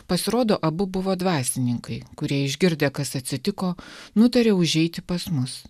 pasirodo abu buvo dvasininkai kurie išgirdę kas atsitiko nutarė užeiti pas mus